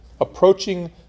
Approaching